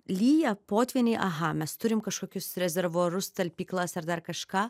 lyja potvyniai aha mes turim kažkokius rezervuarus talpyklas ar dar kažką